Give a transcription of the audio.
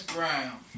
Brown